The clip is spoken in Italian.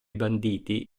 banditi